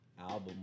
album